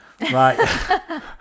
Right